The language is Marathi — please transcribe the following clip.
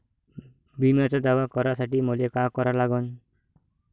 बिम्याचा दावा करा साठी मले का करा लागन?